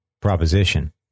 proposition